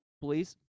please